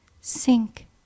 Sink